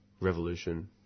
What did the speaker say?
revolution